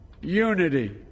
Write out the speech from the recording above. unity